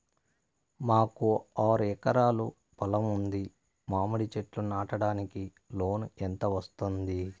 మాకు ఆరు ఎకరాలు పొలం ఉంది, మామిడి చెట్లు నాటడానికి లోను ఎంత వస్తుంది?